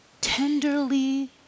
tenderly